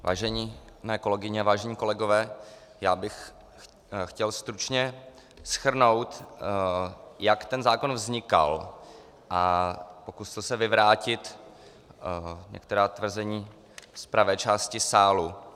Vážené kolegyně, vážení kolegové, já bych chtěl stručně shrnout, jak ten zákon vznikal, a pokusit se vyvrátit některá tvrzení z pravé části sálu.